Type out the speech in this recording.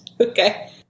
Okay